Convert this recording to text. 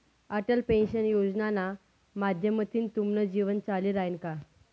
Atal pension योजनाना माध्यमथीन तुमनं जीवन चाली रायनं का?